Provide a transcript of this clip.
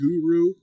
guru